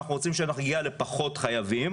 שנגיע לפחות חייבים